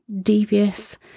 devious